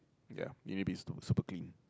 ya it need to be super super clean